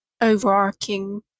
overarching